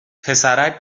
پسرک